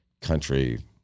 country